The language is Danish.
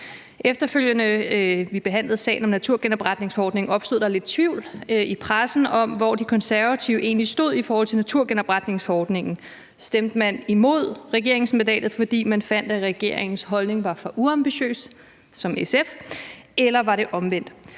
Da vi behandlede sagen om naturgenopretningsforordningen, opstod der efterfølgende lidt tvivl i pressen om, hvor De Konservative egentlig stod i forhold til naturgenopretningsforordningen. Stemte man imod regeringsmandatet, fordi man ligesom SF fandt, at regeringens holdning var for uambitiøs? Eller var det omvendt?